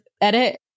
edit